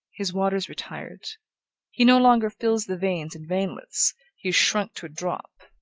his waters retired he no longer fills the veins and veinlets he is shrunk to a drop.